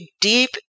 deep